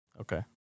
Okay